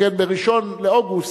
שכן ב-1 באוגוסט,